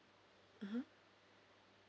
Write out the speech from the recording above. mmhmm